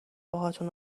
باهاتون